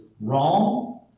wrong